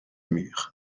mur